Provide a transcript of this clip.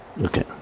Okay